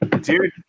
Dude